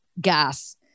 gas